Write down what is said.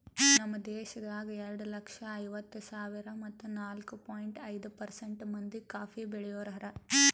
ನಮ್ ದೇಶದಾಗ್ ಎರಡು ಲಕ್ಷ ಐವತ್ತು ಸಾವಿರ ಮತ್ತ ನಾಲ್ಕು ಪಾಯಿಂಟ್ ಐದು ಪರ್ಸೆಂಟ್ ಮಂದಿ ಕಾಫಿ ಬೆಳಿಯೋರು ಹಾರ